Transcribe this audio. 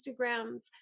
Instagrams